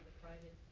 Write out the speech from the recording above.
private.